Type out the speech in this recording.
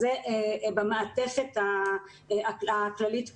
אז זה במעטפת הכללית.